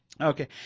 Okay